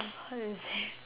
how do you say